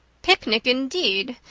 picnic, indeed!